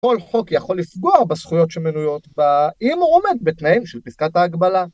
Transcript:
‫כל חוק יכול לפגוע בזכויות שמנויות ב...‫אם הוא עומד בתנאים של פסקת ההגבלה.